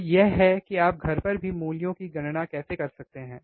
तो यह है कि आप घर पर भी मूल्यों की गणना कैसे कर सकते हैं